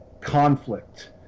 conflict